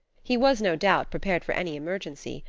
he was no doubt prepared for any emergency,